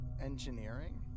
engineering